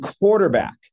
quarterback